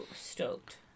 stoked